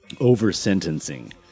over-sentencing